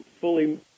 fully